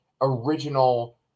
original